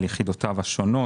על יחידותיו השונות.